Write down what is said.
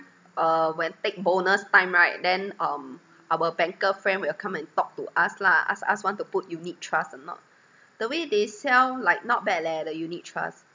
uh when take bonus time right then um our banker friend will come and talk to us lah ask us want to put unit trust or not the way they sell like not bad leh the unit trust